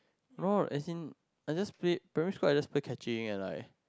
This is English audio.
no as in I just play primary school I just play catching and like